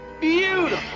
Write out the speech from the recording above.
Beautiful